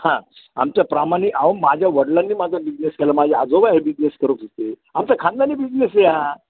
हां आमच्या प्रामाणी अहो माझ्या वडिलांनी माझं बिझनेस केला माझ्या आजोबा हे बिझनेस करत होते आमचा खानदानी बिझनेस आहे हा